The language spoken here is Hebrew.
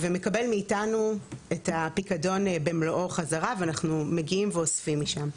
ומקבל מאתנו את הפיקדון במלואו חזרה ואנחנו מגיעים ואוספים משם.